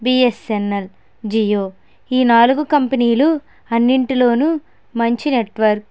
BSNL Jio ఈ నాలుగు కంపెనీలు అన్నింటిలోనూ మంచి నెట్వర్క్